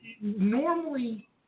normally